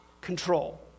control